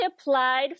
applied